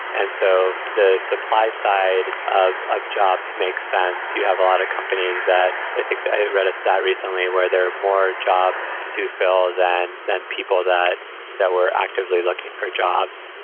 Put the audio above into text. and so the supply side of of jobs makes sense. you have a lot of companies that i think i read a stat recently where there are more jobs to fill than than people that that were actively looking for jobs.